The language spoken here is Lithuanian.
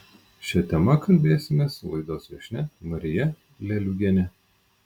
šia tema kalbėsimės su laidos viešnia marija leliugiene